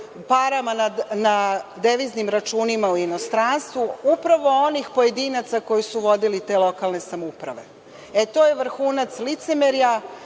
parama na deviznim računima u inostranstvu, upravo onih pojedinaca koji su vodili te lokalne samouprave. To je vrhunac licemerja